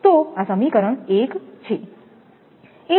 તો આ સમીકરણ એક છે